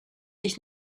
ich